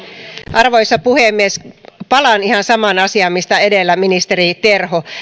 arvoisa puhemies palaan ihan samaan asiaan mistä edellä ministeri terho